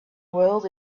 world